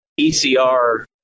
ECR